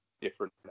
different